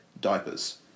diapers